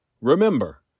Remember